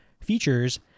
features